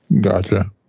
Gotcha